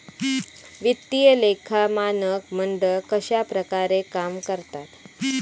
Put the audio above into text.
वित्तीय लेखा मानक मंडळ कश्या प्रकारे काम करता?